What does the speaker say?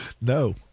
No